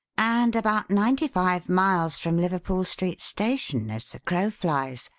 and about ninety-five miles from liverpool street station, as the crow flies.